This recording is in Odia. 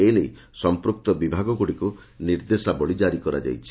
ଏ ନେଇ ସଂପୂକ୍ତ ବିଭାଗଗୁଡ଼ିକୁ ନିର୍ଦ୍ଦେଶାବଳୀ କାରି କରାଯାଇଛି